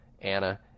Anna